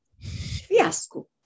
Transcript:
fiasco